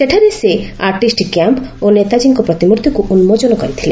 ସେଠାରେ ସେ artist camp ଓ ନେତାଜୀଙ୍କ ପ୍ରତିମୂର୍ତ୍ତିକୁ ଉନ୍ଜୋଚନ କରିଥିଲେ